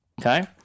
Okay